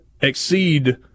exceed